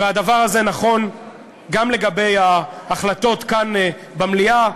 והדבר הזה נכון גם לגבי ההחלטות כאן במליאה,